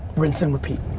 rinse and repeat.